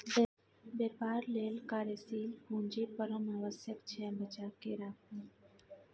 बेपार लेल कार्यशील पूंजी परम आवश्यक छै बचाकेँ राखू